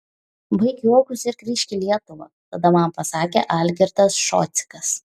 baik juokus ir grįžk į lietuvą tada man pasakė algirdas šocikas